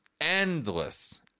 endless